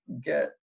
get